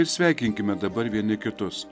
ir sveikinkime dabar vieni kitus